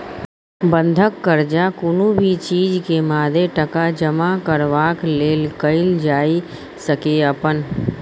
बंधक कर्जा कुनु भी चीज के मादे टका जमा करबाक लेल कईल जाइ सकेए अपन